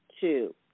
two